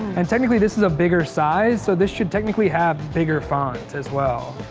and technically this is a bigger size, so this should technically have bigger font as well,